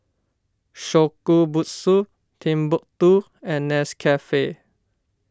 Shokubutsu Timbuk two and Nescafe